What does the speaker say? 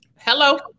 Hello